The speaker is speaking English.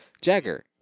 Jagger